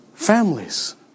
Families